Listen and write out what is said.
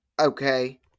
okay